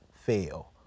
fail